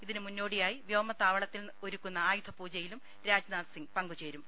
ഇതിന് മുന്നോടിയായി വ്യോമ താവളത്തിൽ ഒരുക്കുന്ന ആയുധ പൂജയിലും രാജ്നാഥ്സിംഗ് പങ്കുചേരും